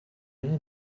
rien